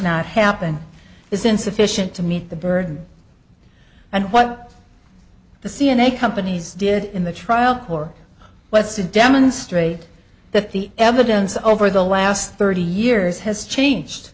not happen is insufficient to meet the burden and what the c n a companies did in the trial or was to demonstrate that the evidence over the last thirty years has changed